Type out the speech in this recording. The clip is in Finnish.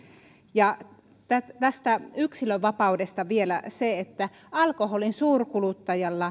tästä yksilönvapaudesta vielä se että alkoholin suurkuluttajalla